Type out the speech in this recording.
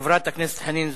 חברת הכנסת חנין זועבי.